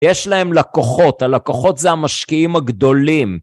יש להם לקוחות, הלקוחות זה המשקיעים הגדולים.